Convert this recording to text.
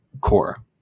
core